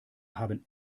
haben